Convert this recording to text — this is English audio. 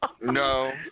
No